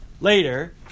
later